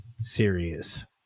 serious